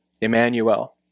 Emmanuel